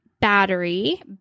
battery